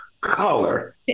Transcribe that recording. color